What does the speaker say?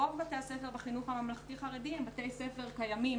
רוב בתי הספר בחינוך הממלכתי-חרדי הם בתי ספר קיימים,